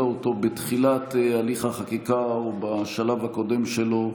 אותו בתחילת הליך החקיקה או בשלב הקודם שלו,